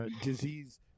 disease